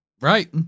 Right